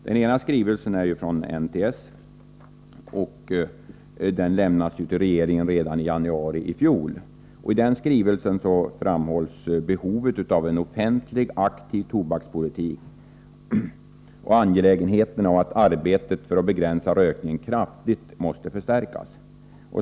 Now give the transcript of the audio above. Den ena är från NTS, och den lämnades till regeringen redan i januari i fjol. I den skrivelsen framhålls behovet av en offentlig aktiv tobakspolitik och angelägenheten av att arbetet för att begränsa rökning kraftigt förstärks.